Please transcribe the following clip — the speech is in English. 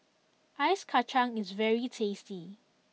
Ice Kachang is very tasty